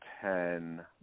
ten